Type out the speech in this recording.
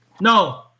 No